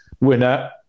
winner